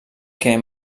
què